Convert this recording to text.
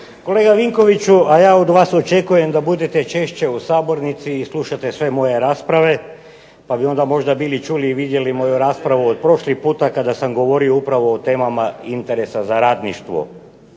Kolega Vinkoviću, a ja od vas očekujem da budete češće u sabornici i slušate sve moje rasprave pa bi onda možda bili čuli i vidjeli moju raspravu od prošli puta kada sam govorio upravo o temama interesa za radništvo.